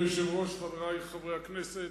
אדוני היושב-ראש, חברי חברי הכנסת,